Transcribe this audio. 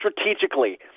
strategically